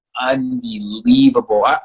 unbelievable